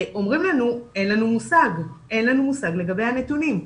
שאומרים לנו 'אין לנו מושג לגבי הנתונים'.